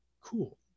cool